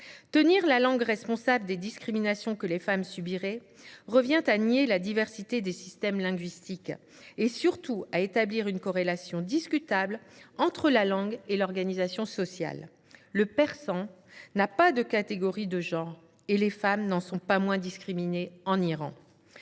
Tenir la langue responsable des discriminations que les femmes subiraient revient à nier la diversité des systèmes linguistiques et, surtout, à établir une corrélation discutable entre la langue et l’organisation sociale : le persan n’a pas de catégorie de genre, mais les femmes n’en sont pas moins discriminées en Iran.